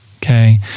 Okay